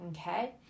Okay